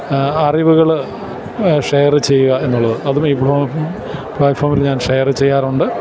അ അറിവുകള് ഷെയര് ചെയ്യുക എന്നുള്ളത് അതും ഈ പ്ലാറ്റ്ഫോമിൽ ഞാൻ ഷെയർ ചെയ്യാറുണ്ട്